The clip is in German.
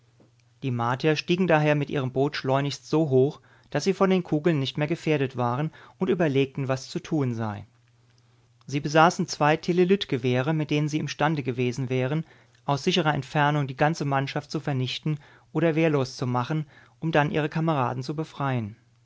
die martier stiegen daher mit ihrem boot schleunigst so hoch daß sie von den kugeln nicht mehr gefährdet waren und überlegten was zu tun sei sie besaßen zwei telelytgewehre mit denen sie imstande gewesen wären aus sicherer entfernung die ganze mannschaft zu vernichten oder wehrlos zu machen um dann ihre kameraden zu befreien